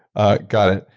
ah got it.